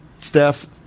Steph